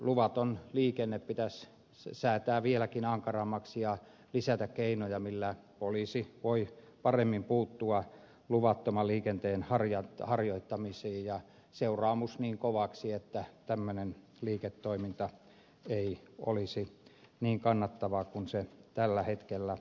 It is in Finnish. luvattomasta liikenteestä pitäisi säätää vieläkin ankarammat rangaistukset ja lisätä keinoja joilla poliisi voi paremmin puuttua luvattoman liikenteen harjoittamiseen ja säätää seuraamus niin kovaksi että tämmöinen liiketoiminta ei olisi niin kannattavaa kuin se tällä hetkellä on